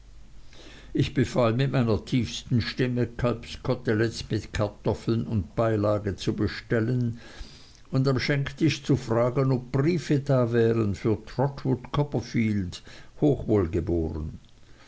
ich befahl mit meiner tiefsten stimme kalbskoteletten mit kartoffeln und beilage zu bestellen und am schenktisch zu fragen ob briefe da wären für trotwood copperfield hochwohlgeboren